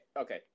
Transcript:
Okay